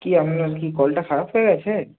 কি আপনার কি কলটা খারাপ হয়ে গেছে